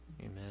amen